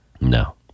No